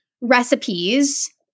recipes